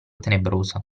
tenebrosa